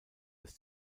des